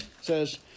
says